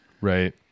Right